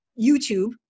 YouTube